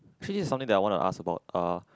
actually this is something that I want to ask about uh